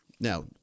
Now